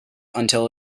until